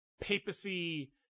papacy